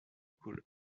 coule